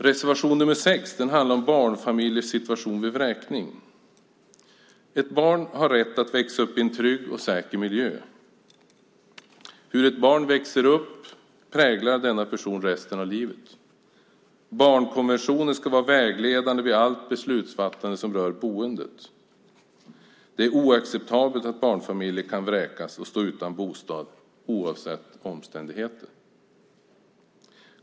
Reservation nr 6 handlar om barnfamiljers situation vid vräkning. Ett barn har rätt att växa upp i en trygg och säker miljö. Hur ett barn växer upp präglar denna person resten av livet. Barnkonventionen ska vara vägledande vid allt beslutsfattande som rör boendet. Det är oacceptabelt att barnfamiljer kan vräkas och stå utan bostad, oavsett omständigheter.